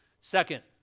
Second